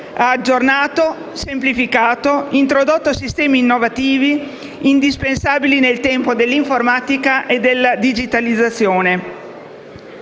ha aggiornato, semplificato, introdotto sistemi innovativi indispensabili nel tempo dell'informatica e della digitalizzazione.